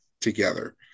together